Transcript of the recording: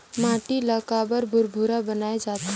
माटी ला काबर भुरभुरा बनाय जाथे?